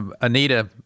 Anita